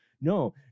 No